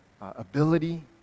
ability